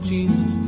Jesus